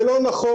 זה לא נכון.